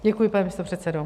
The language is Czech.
Děkuji, pane místopředsedo.